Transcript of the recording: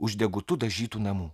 už degutu dažytų namų